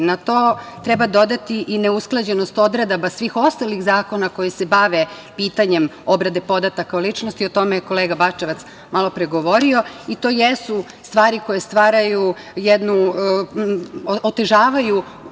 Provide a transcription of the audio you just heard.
to treba dodati i neusklađenost odredaba svih ostalih zakona koji se bave pitanjem obrade podataka o ličnosti, o tome je kolega Bačevac malopre govorio, i to jesu stvari koje otežavaju